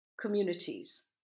communities